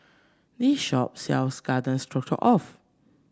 this shop sells Garden Stroganoff